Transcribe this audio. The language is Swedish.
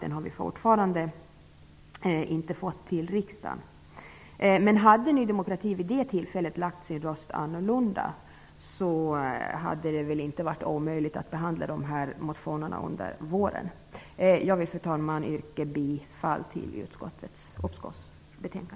Popositionen har fortfarande inte kommit till riksdagen. Hade Ny demokrati vid det tillfället röstat annorlunda hade det väl inte varit omöjligt att behandla motionerna under våren. Fru talman! Jag vill yrka bifall till utskottets hemställan.